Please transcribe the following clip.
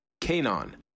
Canon